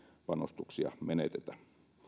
panostuksia menetetä